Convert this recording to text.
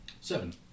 Seven